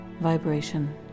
vibration